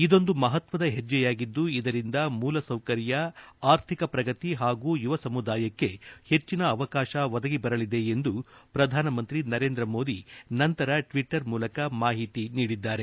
ಇದೊಂದು ಮಹತ್ವದ ಹೆಜ್ಜೆಯಾಗಿದ್ದು ಇದರಿಂದ ಮೂಲ ಸೌಕರ್ಯ ಆರ್ಥಿಕ ಪ್ರಗತಿ ಹಾಗೂ ಯುವ ಸಮುದಾಯಕ್ಕೆ ಹೆಚ್ಚಿನ ಅವಕಾಶ ಒದಗಿಬರಲಿದೆ ಎಂದು ಪ್ರಧಾನಮಂತ್ರಿ ನರೇಂದ್ರ ಮೋದಿ ನಂತರ ಟ್ಲಿಟರ್ ಮೂಲಕ ಮಾಹಿತಿ ನೀಡಿದ್ಗಾರೆ